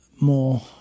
more